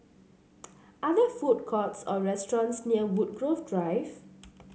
are there food courts or restaurants near Woodgrove Drive